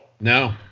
No